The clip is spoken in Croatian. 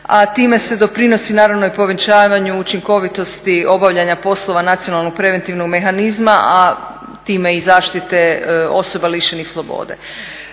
a time se doprinosi naravno i povećavanju učinkovitosti obavljanja poslova nacionalnog preventivnog mehanizma a time i zaštite osoba lišenih slobode.